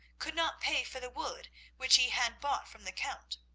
could not pay for the wood which he had bought from the count.